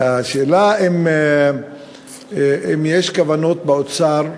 השאלה היא אם יש כוונות באוצר להאריך,